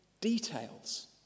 details